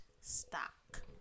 stock